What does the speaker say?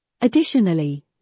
Additionally